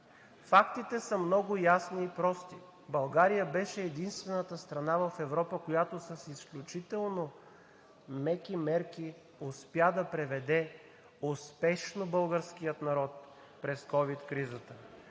Фактите са много ясни и прости – България беше единствената страна в Европа, която с изключително меки мерки успя да преведе успешно българския народ през ковид кризата,